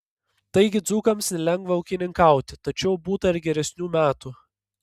taigi dzūkams nelengva ūkininkauti tačiau būta ir geresnių metų